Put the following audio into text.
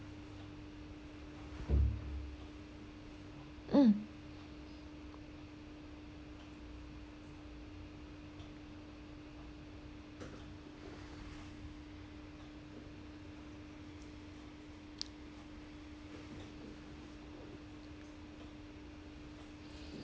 mm